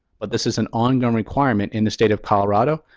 but this is an ongoing requirement in the state of colorado,